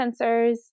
sensors